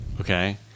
Okay